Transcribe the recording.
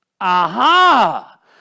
Aha